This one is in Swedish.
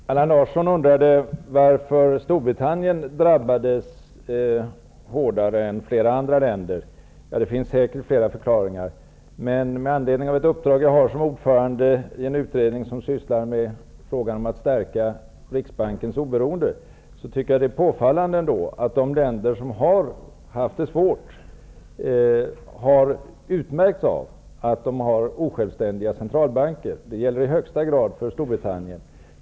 Herr talman! Allan Larsson undrade varför Storbritannien drabbades hårdare än flera ändra länder. Det finns säkert flera förklaringar, men med anledning av ett uppdrag jag har som ordförande i en utredning som sysslar med frågan om att stärka riksbankens oberoende vill jag säga att jag tycker att det är påfallande att de länder som har haft det svårt har utmärkts av att de har osjälvständiga centralbanker. Det gäller i högsta grad för Storbritannien.